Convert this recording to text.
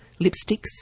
lipsticks